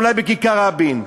אולי בכיכר-רבין.